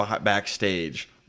backstage